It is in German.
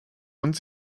und